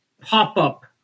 pop-up